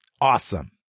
Awesome